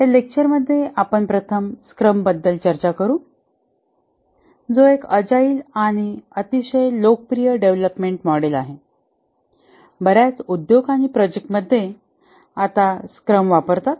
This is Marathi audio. या लेक्चर मध्ये आपण प्रथम स्क्रमबद्दल चर्चा करू जो एक अजाईल आणि अतिशय लोकप्रिय डेव्हलपमेंट मॉडेल आहे बर्याच उद्योग आणि प्रोजेक्ट मध्ये आता स्क्रम वापरतात